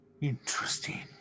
Interesting